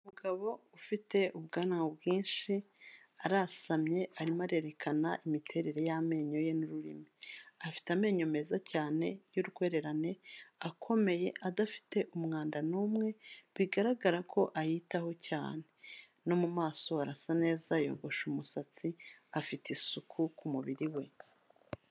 Umugabo ufite ubwanwa bwinshi arasamye arimo arerekana imiterere y'amenyo ye n'ururimi, afite amenyo meza cyane y'urwererane akomeye adafite umwanda numwe bigaragara ko ayitaho cyane, no mu maso arasa neza yogosha umusatsi afite isuku ku mubiri we.